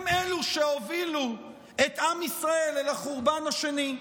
הם אלו שהובילו את עם ישראל לחורבן השני.